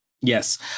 Yes